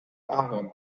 ahorn